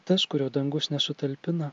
tas kurio dangus nesutalpina